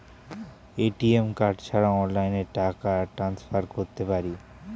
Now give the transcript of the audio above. ATM card ছাড়া অনলাইনে টাকা টান্সফার করতে পারি?